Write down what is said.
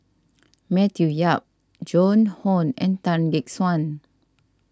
Matthew Yap Joan Hon and Tan Gek Suan